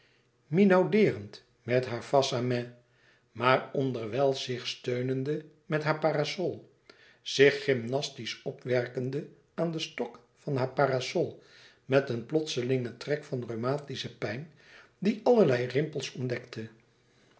minaudeerend met haar face à main maar onderwijl zich steunende met haar parasol zich gymnastisch opwerkende aan den stok van haar parasol met een plotselingen trek van rheumatische pijn die allerlei rimpels ontdekte